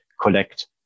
collect